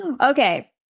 Okay